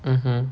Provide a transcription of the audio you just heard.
(uh huh)